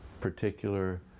particular